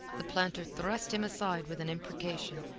the planter thrust him aside with an imprecation,